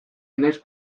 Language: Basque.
inoiz